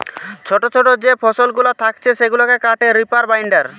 ছোটো ছোটো যে ফসলগুলা থাকছে সেগুলাকে কাটে রিপার বাইন্ডার